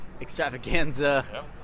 extravaganza